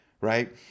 right